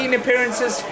appearances